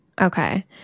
Okay